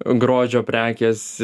grožio prekės